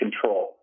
control